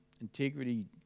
Integrity